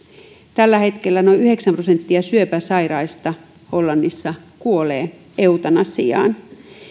tällä hetkellä noin yhdeksän prosenttia syöpäsairaista hollannissa kuolee eutanasiaan